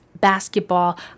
basketball